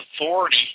authority